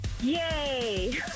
Yay